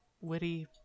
witty